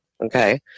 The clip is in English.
Okay